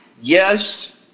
Yes